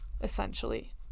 essentially